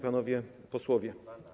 Panowie Posłowie!